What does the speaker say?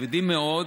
כבדים מאוד,